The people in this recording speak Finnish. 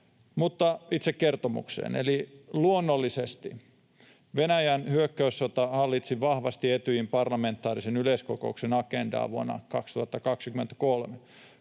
Mutta itse kertomukseen. Eli luonnollisesti Venäjän hyökkäyssota hallitsi vahvasti Etyjin parlamentaarisen yleiskokouksen agendaa vuonna 2023.